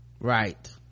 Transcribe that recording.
right